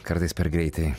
kartais per greitai